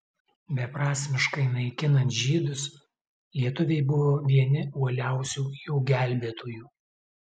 beprasmiškai naikinant žydus lietuviai buvo vieni uoliausių jų gelbėtojų